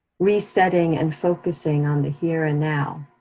resetting and focusing on the here and now.